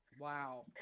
Wow